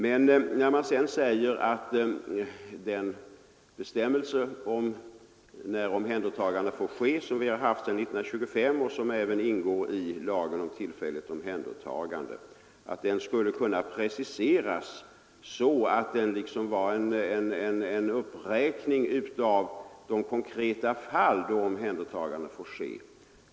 Man säger sedan att den bestämmelse om när omhändertagande får ske som vi har haft sedan 1925 och som även ingår i lagen om tillfälligt omhändertagande skulle kunna preciseras så att den innehöll en uppräkning av de konkreta fall då omhändertagande får ske.